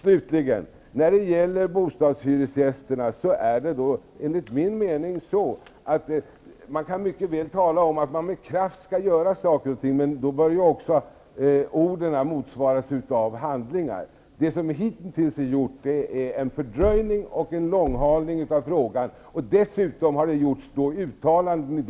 Slutligen: När det gäller bostadshyresgästerna kan man enligt min mening mycket väl tala om att man med kraft skall göra saker och ting, men då bör ju också orden motsvaras av handlingar. Det som hittills är gjort är en fördröjning och en långhalning av frågan. Dessutom har det i dag gjorts uttalanden